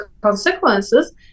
consequences